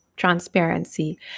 transparency